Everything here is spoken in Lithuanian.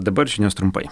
dabar žinios trumpai